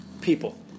People